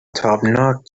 تابناک